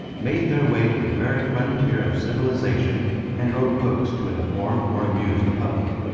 made their way to the very frontier of civilization and wrote books to inform or amuse the public.